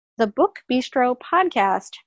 thebookbistropodcast